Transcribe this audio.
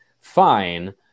fine